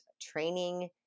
training